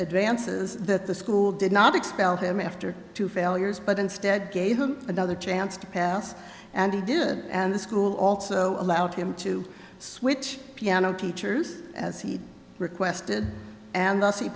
advances that the school did not expel him after two failures but instead gave him another chance to pass and he did and the school also allowed him to switch piano teachers as he requested and